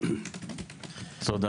תודה.